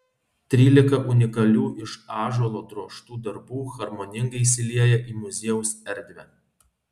trylika unikalių iš ąžuolo drožtų darbų harmoningai įsilieja į muziejaus erdvę